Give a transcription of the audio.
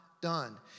done